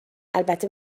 البته